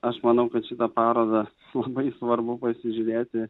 aš manau kad šitą parodą labai svarbu pasižiūrėti